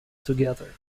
together